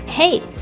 Hey